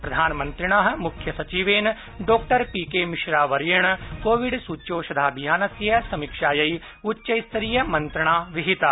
प्रधानमंत्रिणः मुख्यसचिवेन डॉ पीके मिश्रावर्येण कोविड सुच्यौषधाभियानस्य समीक्षायै उच्चस्तरीयमंत्रणा विहिता